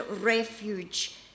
refuge